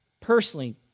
personally